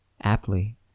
aptly